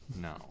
No